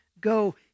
go